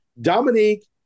Dominique